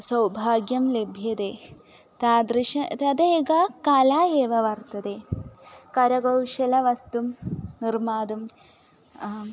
सौभाग्यं लभ्यते तादृशी तदेका कला एव वर्तते करकौशलवस्तुं निर्मातुम् आम्